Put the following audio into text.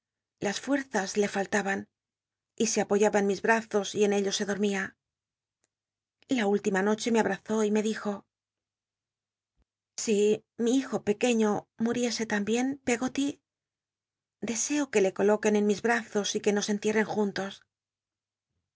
las fuct'zas le fallaban y se apoyaba en m'is brazos y en ellos se dormia la última noche me abt'azó y me dijo si mi hijo pcquci'í o mu ticsc la mbien pc goty de eo que le coloquen en mis l'azos y que nos entiel'l'en juntos